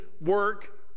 work